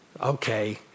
okay